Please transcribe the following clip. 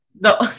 No